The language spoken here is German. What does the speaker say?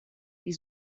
die